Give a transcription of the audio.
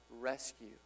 rescue